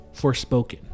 Forspoken